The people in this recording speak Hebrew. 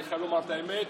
אני חייב לומר את האמת,